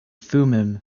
thummim